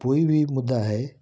कोई भी मुद्दा है